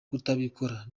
kutabikora